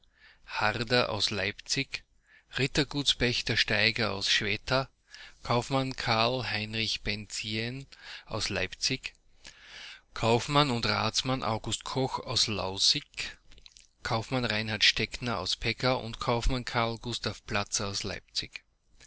aus leipzig rittergutspächter steiger aus schweta kaufmann karl heinrich benzien aus leipzig kaufmann und ratsmann august koch aus lausigk kaufmann reinhard steckner aus pegau und kaufmann karl gustav platzer aus leipzig